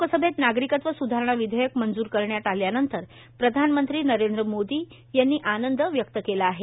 लोकसभेत नागरिकत्व स्धारणा विधेयक मंजूर करण्यात आल्यानंतर पंतप्रधान नरेंद्र मोदी यांनी आनंद व्यक्त केला आहे